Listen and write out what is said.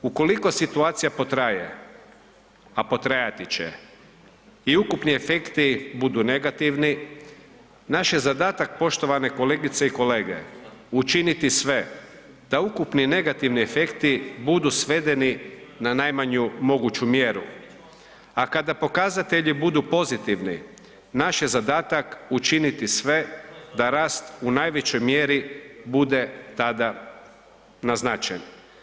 Ukoliko situacija potraje, a potrajati će i ukupni efekti budu negativni, naš je zadatak poštovane kolegice i kolege učiniti sve da ukupni negativni efekti budu svedeni na najmanju moguću mjeru, a kada pokazatelji budu pozitivni naš je zadatak učiniti sve da rast u najvećoj mjeri bude tada naznačen.